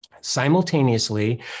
simultaneously